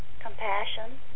Compassion